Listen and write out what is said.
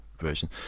version